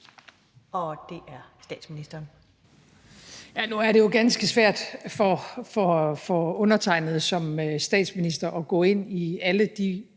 (Mette Frederiksen): Nu er det jo ganske svært for undertegnede som statsminister at gå ind i alle de